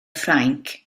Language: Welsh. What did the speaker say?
ffrainc